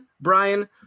brian